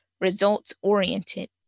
results-oriented